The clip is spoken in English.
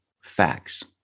facts